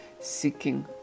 seeking